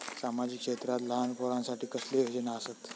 सामाजिक क्षेत्रांत लहान पोरानसाठी कसले योजना आसत?